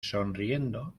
sonriendo